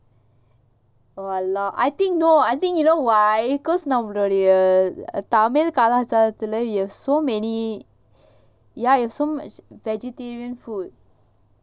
!walao! I think no I think you know why cause நம்மளுடையதமிழ்கலாச்சாரத்துல:nammaludaya tamil kalacharathula we have so many ya we have so many vegetarian food